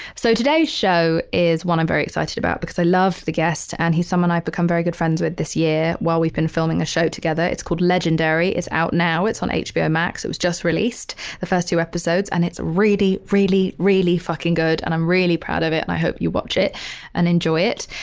so today's show is one i'm very excited about because i love the guest and he's someone i've become very good friends with this year. while we've been filming a show together, it's called legendary. it's out now, it's on hbo max. it was just released the first two episodes. and it's really, really, really fucking good. and i'm really proud of it. and i hope you watch it and enjoy it.